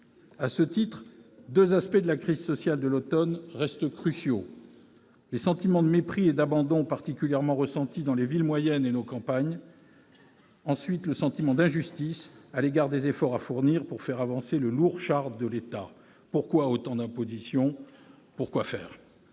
À ce titre, deux aspects de la crise sociale de l'automne restent cruciaux : d'abord, les sentiments de mépris et d'abandon, particulièrement ressentis dans les villes moyennes et nos campagnes ; ensuite, le sentiment d'injustice à l'égard des efforts à fournir pour faire avancer le lourd char de l'État, conduisant nos concitoyens